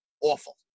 awful